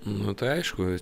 nu tai aišku